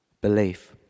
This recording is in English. Belief